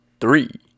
three